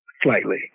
Slightly